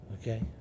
okay